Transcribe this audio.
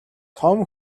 том